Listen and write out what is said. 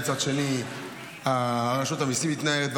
מצד שני רשות המיסים מתנערת,